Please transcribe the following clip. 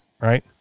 Right